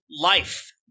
life